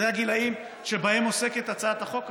אלה הגילים שבהם עוסקת הצעת החוק הזאת.